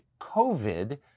COVID